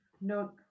No